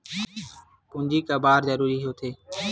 पूंजी का बार जरूरी हो थे?